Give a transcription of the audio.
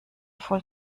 voll